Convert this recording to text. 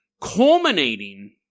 Culminating